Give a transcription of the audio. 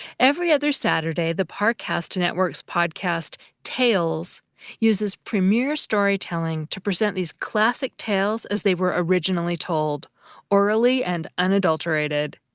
every other saturday, the parcast network's podcast tales uses premiere storytelling to present these classic tales as they were originally told orally and unadulterated.